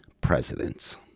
presidents